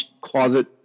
closet